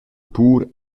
pur